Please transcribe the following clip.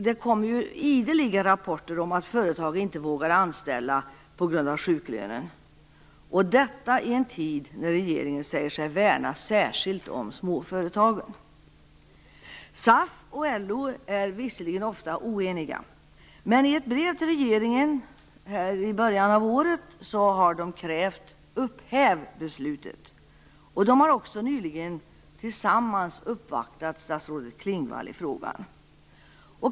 Det kommer ideliga rapporter om att företag inte vågar anställa på grund av sjuklönen - och detta i en tid när regeringen säger sig värna särskilt om småföretagen. SAF och LO är visserligen ofta oeniga, men i ett brev till regeringen i början av året har de krävt: Upphäv beslutet! De har också nyligen tillsammans uppvaktat statsrådet Klingvall i frågan.